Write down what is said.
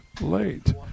late